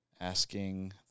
asking